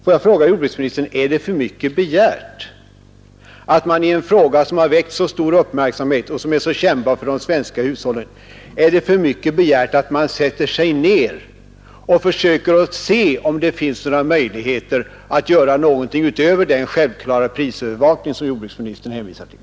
Får jag fråga jordbruksministern: Är det för mycket begärt att man i en sak, som väckt så stor uppmärksamhet och som är så väsentlig för de svenska hushållen som denna, sätter sig ned och försöker se om det finns möjligheter att göra någonting utöver den självklara prisövervakning som jordbruksministern hänvisar till?